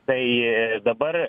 tai dabar